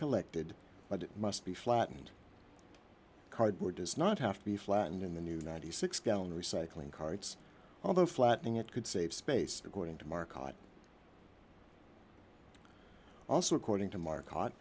collected but must be flattened cardboard does not have to be flattened in the new ninety six gallon recycling carts although flattening it could save space according to market also according to mark caught